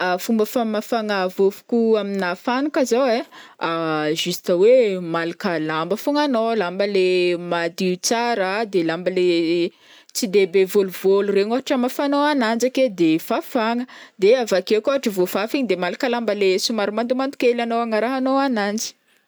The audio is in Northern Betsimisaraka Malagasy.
Fomba famafagna vôvoko aminà fananka zao ai juste hoe malaka lamba fogna anao lamba le madio tsara de lamba le tsy de be vôlovôlo regny ohatra amafanao ananjy ake de fafagna de avakeo koa ohatra voafafa igny de malaka lamba le somary mandomando kely agnarahanao ananjy.